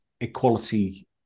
equality